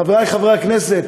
חברי חברי הכנסת,